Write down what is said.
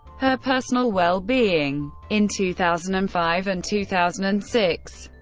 her personal well-being. in two thousand and five and two thousand and six,